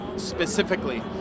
specifically